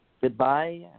goodbye